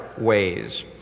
ways